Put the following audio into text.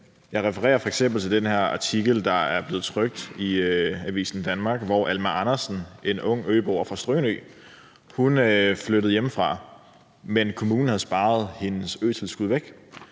Jeg refererer f.eks. til den her artikel, der er blevet trykt i Avisen Danmark, der omhandler Alma Andersen, en ung øboer fra Strynø, som flyttede hjemmefra, men kommunen har sparet hendes øtilskud væk.